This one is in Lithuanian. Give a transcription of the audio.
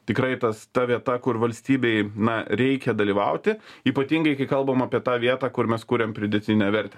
tikrai tas ta vieta kur valstybei na reikia dalyvauti ypatingai kai kalbam apie tą vietą kur mes kuriam pridėtinę vertę